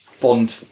Bond